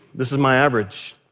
this is my average.